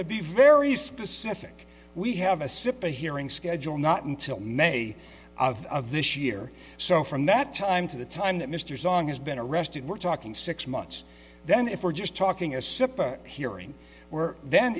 one be very specific we have a sip a hearing schedule not until may of this year so from that time to the time that mr song has been arrested we're talking six months then if we're just talking as hearing we're then